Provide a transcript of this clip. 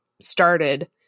started